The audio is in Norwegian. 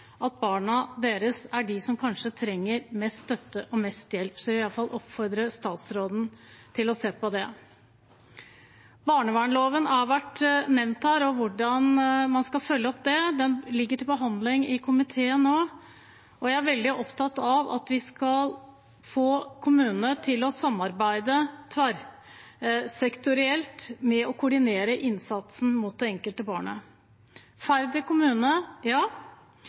at barna deres kanskje er de som trenger mest støtte og mest hjelp, så jeg vil i alle fall oppfordre statsråden til å se på det. Barnevernloven har vært nevnt her – hvordan man skal følge opp den. Den ligger til behandling i komiteen nå, og jeg er veldig opptatt av at vi skal få kommunene til å samarbeide tverrsektorielt med å koordinere innsatsen mot det enkelte barnet. Færder kommune